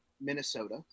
Minnesota